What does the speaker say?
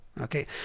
okay